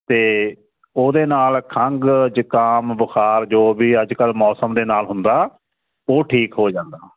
ਅਤੇ ਉਹਦੇ ਨਾਲ ਖੰਘ ਜ਼ੁਕਾਮ ਜੋ ਵੀ ਅੱਜ ਕੱਲ੍ਹ ਮੌਸਮ ਦੇ ਨਾਲ ਹੁੰਦਾ ਉਹ ਠੀਕ ਹੋ ਜਾਂਦਾ